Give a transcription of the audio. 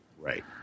Right